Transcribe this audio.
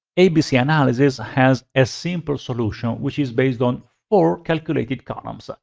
abc analysis has a simple solution, which is based on four calculated columns. ah